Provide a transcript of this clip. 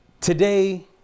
today